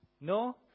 No